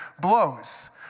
blows